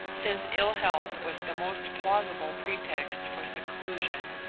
since ill health was the most plausible pretext for seclusion,